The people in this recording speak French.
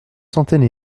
centaines